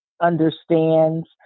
understands